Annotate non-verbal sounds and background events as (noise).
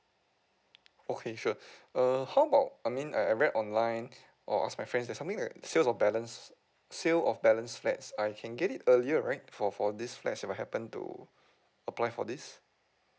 okay sure (breath) uh how about I mean I read online or ask my friends or something like sales of balance sale of balance flats I can get it earlier right for for this flats if I happen to apply for this